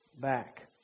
back